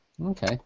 Okay